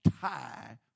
tie